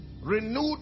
renewed